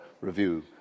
review